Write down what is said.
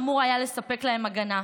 במי שאמור היה לספק להם הגנה,